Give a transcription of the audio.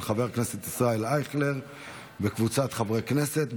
של חבר הכנסת ישראל אייכלר וקבוצת חברי הכנסת,